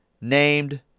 named